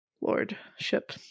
lordship